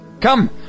Come